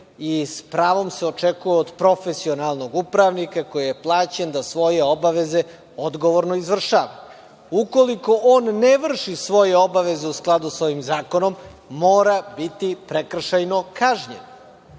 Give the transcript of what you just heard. i sa pravom se očekuje od profesionalnog upravnika, koji je plaćen, da svoje obaveze odgovorno izvršava. Ukoliko on ne vrši svoje obaveze u skladu sa ovim zakonom, mora biti prekršajno kažnjen.